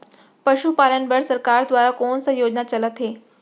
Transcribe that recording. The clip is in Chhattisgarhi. पशुपालन बर सरकार दुवारा कोन स योजना चलत हे?